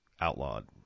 outlawed